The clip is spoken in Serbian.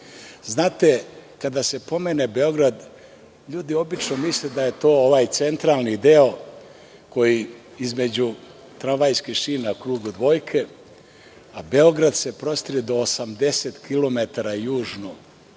kada se pomene Beograd, ljudi obično misle da je to ovaj centralni deo, koji je između tramvajskih šina u krugu dvojke, a Beograd se prostire od 80 kilometara